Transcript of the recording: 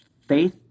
faith